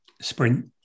sprint